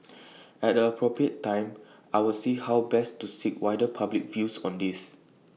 at the appropriate time I will see how best to seek wider public views on this